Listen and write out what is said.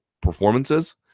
performances